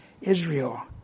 Israel